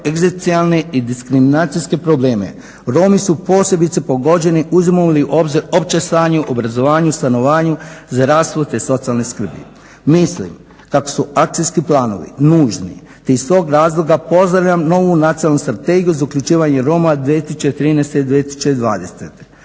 egzistencijalne i diskriminacijske probleme Romi su posebice pogođeni uzmu li obzir opće stanje u obrazovanju, stanovanju za rashode socijalne skrbi. Mislim kako su akcijski planovi nužni te iz tog razloga pozdravljam novu Nacionalnu strategiju za uključivanje roma 2013.-2020.koje